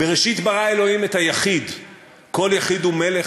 "בראשית ברא אלוהים את היחיד"; "כל יחיד הוא מלך